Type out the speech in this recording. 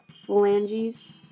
phalanges